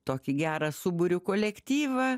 tokį gerą suburiu kolektyvą